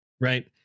Right